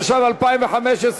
התשע"ו 2015,